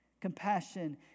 Compassion